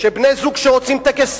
כשבני-זוג שרוצים טקס